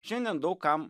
šiandien daug kam